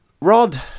Rod